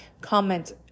comment